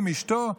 עם אשתו,